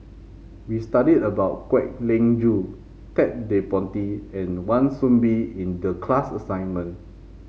we studied about Kwek Leng Joo Ted De Ponti and Wan Soon Bee in the class assignment